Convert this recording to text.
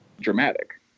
dramatic